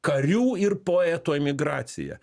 karių ir poetų emigracija